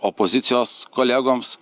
opozicijos kolegoms